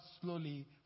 slowly